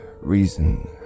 reason